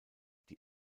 die